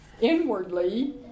inwardly